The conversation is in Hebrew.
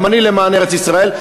גם אני למען ארץ-ישראל.